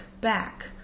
back